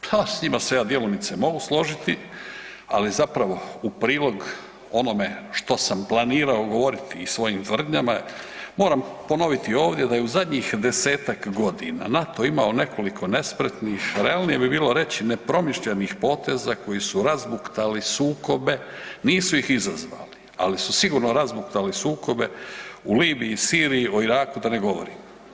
Pa s njima se ja djelomice mogu složiti, ali zapravo u prilog onome što sam planirao govoriti i svojim tvrdnjama, moram ponoviti ovdje da je u zadnjih 10-tak godina NATO imao nekoliko nespretnih, realnije bi bilo reć nepromišljenih poteza koji su razbuktali sukobe, nisu ih izazvali, ali su sigurno razbuktali sukobe u Libiji, Siriji, o Iraku da ne govorim.